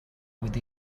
with